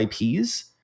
IPs